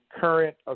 current